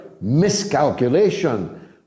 miscalculation